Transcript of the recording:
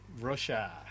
Russia